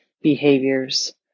behaviors